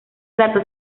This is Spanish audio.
plato